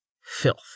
Filth